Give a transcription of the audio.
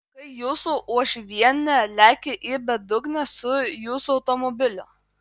kai jūsų uošvienė lekia į bedugnę su jūsų automobiliu